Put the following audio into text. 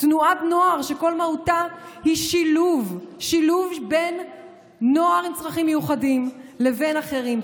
לתנועת נוער שכל מהותה היא שילוב בין נוער עם צרכים מיוחדים לבין אחרים,